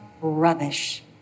rubbish